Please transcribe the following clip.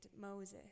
Moses